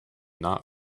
not